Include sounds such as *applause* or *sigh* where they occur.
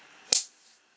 *noise*